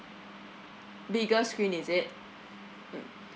bigger screen is it mm